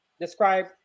Describe